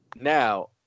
Now